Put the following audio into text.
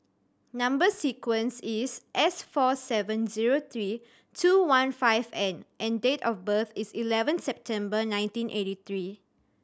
number sequence is S four seven zero three two one five N and date of birth is eleven September nineteen eighty three